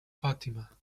fatima